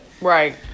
Right